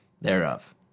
thereof